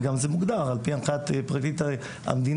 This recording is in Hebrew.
וגם זה מוגדר על פי הנחיית פרקליט המדינה,